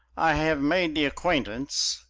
i have made the acquaintance,